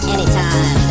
Anytime